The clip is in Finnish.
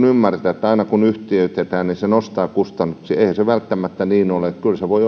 ymmärtää että aina kun yhtiöitetään se nostaa kustannuksia eihän se välttämättä niin ole kyllä se voi